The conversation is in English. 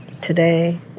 Today